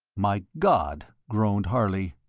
my god! groaned harley.